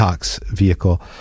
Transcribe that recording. Vehicle